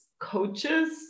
coaches